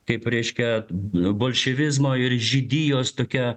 kaip reiškia bolševizmo ir žydijos tokią